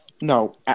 No